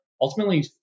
ultimately